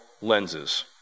lenses